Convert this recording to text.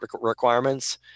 requirements